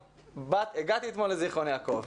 הגעתי אתמול לזיכרון יעקב,